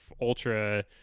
ultra